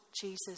Jesus